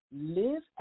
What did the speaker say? Live